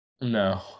No